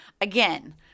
again